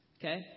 Okay